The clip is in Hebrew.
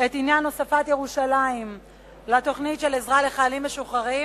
את עניין הוספת ירושלים לתוכנית של עזרה לחיילים משוחררים,